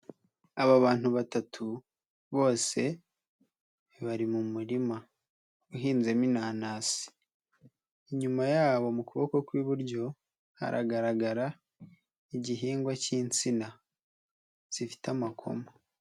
Aba bantu batatu bose bari mu murima uhinzemo inanasi, inyuma yabo mu kuboko kw'iburyo haragaragara igihingwa k'insina zifite amakoma.